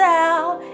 out